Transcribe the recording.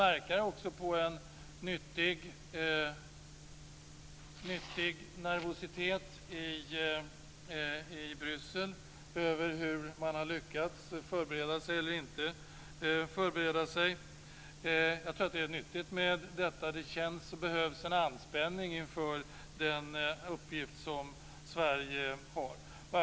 Man kan också märka det på en nervositet i Bryssel över hur man har lyckats eller inte lyckats förbereda sig för detta. Jag tror att detta är nyttigt. Det behövs en anspänning inför den uppgift som Sverige går in i.